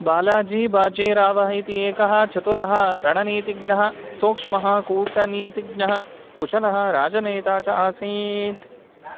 बालाजी बाजीरावः इति एकः चतुरः रणनीतिज्ञः सूक्ष्मः कूटनीतिज्ञः कुशलः राजनेता च आसीत्